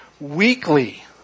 weekly